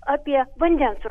apie vandens